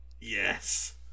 Yes